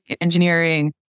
engineering